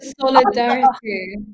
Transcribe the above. Solidarity